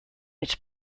its